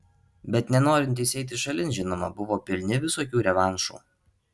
bet nenorintys eiti šalin žinoma buvo pilni visokių revanšų